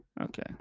Okay